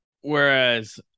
whereas